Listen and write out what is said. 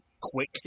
quick